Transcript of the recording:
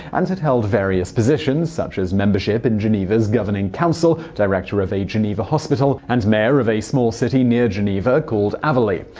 and had held various positions such as membership in geneva's governing council, director of a geneva hospital, and mayor of a small city near geneva called avully.